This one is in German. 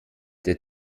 der